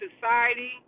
society